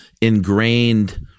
ingrained